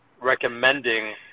recommending